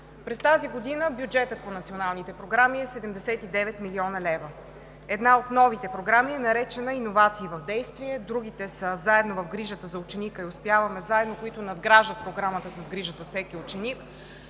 През тази година бюджетът по националните програми е 70 млн. лв. Една от новите програми е наречена „Иновации в действие“. Другите са: „Заедно в грижата за ученика“ и „Успяваме заедно“, които надграждат Програмата „С грижа за всеки ученик“.